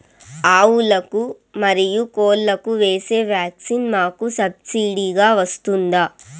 ఆవులకు, మరియు కోళ్లకు వేసే వ్యాక్సిన్ మాకు సబ్సిడి గా వస్తుందా?